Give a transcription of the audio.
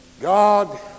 God